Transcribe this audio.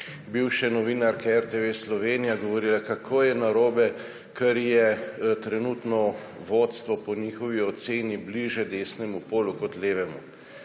bivše novinarke RTV Slovenija, govorila je, kako je narobe, ker je trenutno vodstvo po njihovi oceni bližje desnemu polu kot levemu.